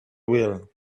will